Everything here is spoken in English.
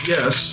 Yes